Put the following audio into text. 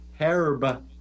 Herb